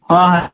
ହଁ ଆ